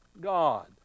God